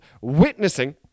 witnessing